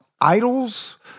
idols